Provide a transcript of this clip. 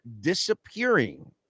disappearing